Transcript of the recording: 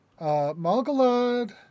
Malgalad